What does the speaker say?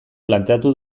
planteatu